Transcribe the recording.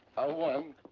i won.